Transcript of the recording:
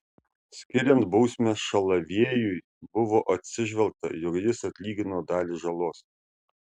skiriant bausmę šalaviejui buvo atsižvelgta jog jis atlygino dalį žalos